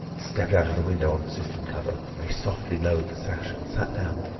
stepped out of the window on the cistern cover, very softly lowered the sash, and sat down,